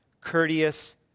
courteous